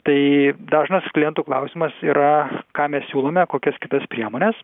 tai dažnas klientų klausimas yra ką mes siūlome kokias kitas priemones